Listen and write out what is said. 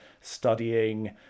studying